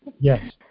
Yes